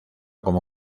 como